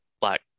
Black